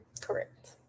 Correct